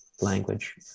language